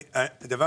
אני יכול